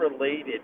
related